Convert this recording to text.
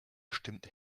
stimmt